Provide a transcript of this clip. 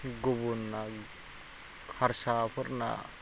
गुबुनना हारसाफोरना